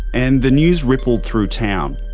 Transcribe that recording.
and the news rippled through town.